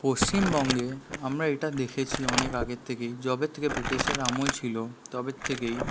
পশ্চিমবঙ্গে আমরা এটা দেখেছি অনেক আগের থেকেই যবে থেকে ব্রিটিশের আমল ছিল তবের থেকেই